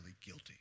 guilty